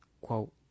quote